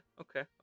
okay